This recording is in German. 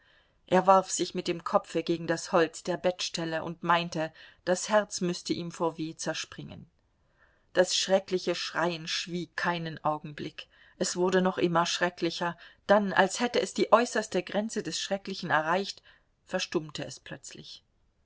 er warf sich mit dem kopfe gegen das holz der bettstelle und meinte das herz müßte ihm vor weh zerspringen das schreckliche schreien schwieg keinen augenblick es wurde noch immer schrecklicher dann als hätte es die äußerste grenze des schrecklichen erreicht verstummte es plötzlich